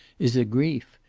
is a grief.